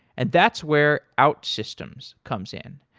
and that's where outsystems comes in.